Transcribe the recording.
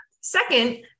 Second